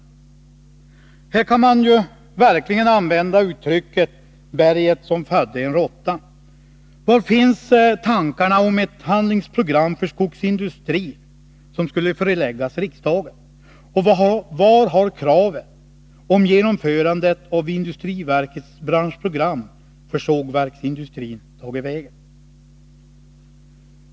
Här kan man verkligen använda uttrycket om berget som födde en råtta. Var finns tankarna om ett handlingsprogram för skogsindustrin som skulle föreläggas riksdagen och vart har kravet om genomförandet av industriverkets branschprogram för sågverksindustrin tagit vägen?